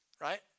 right